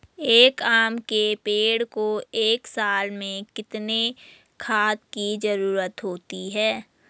एक आम के पेड़ को एक साल में कितने खाद की जरूरत होती है?